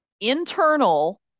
internal